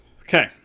Okay